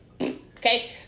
Okay